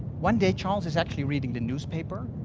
one day, charles is actually reading the newspaper,